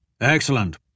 Excellent